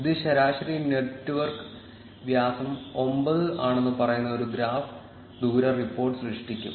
ഇത് ശരാശരി നെറ്റ്വർക്ക് വ്യാസം 9 ആണെന്ന് പറയുന്ന ഒരു ഗ്രാഫ് ദൂര റിപ്പോർട്ട് സൃഷ്ടിക്കും